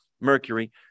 mercury